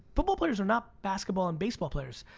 football players are not basketball and baseball players.